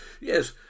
yes